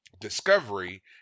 discovery